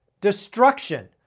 destruction